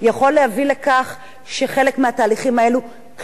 יכול להביא לכך שחלק מהתהליכים האלו כלל